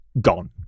gone